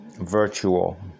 Virtual